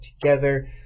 together